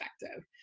effective